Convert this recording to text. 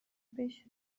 beş